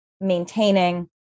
maintaining